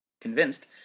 Convinced